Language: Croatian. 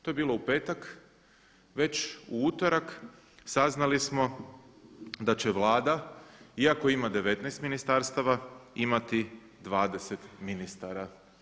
To je bilo u petak, već u utorak saznali smo da će Vlada iako ima 19 ministarstava imati 20 ministara.